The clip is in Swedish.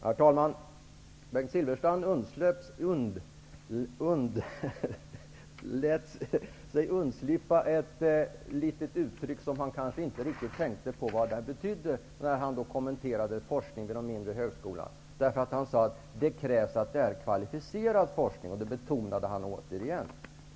Herr talman! Bengt Silfverstrand lät sig undslippa ett litet uttryck som han kanske inte riktigt tänkte på vad det betydde, när han kommenterade forskningen vid de mindre högskolorna. Han sade att det måste vara kvalificerad forskning, och han betonade det återigen.